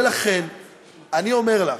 לכן אני אומר לך,